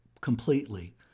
completely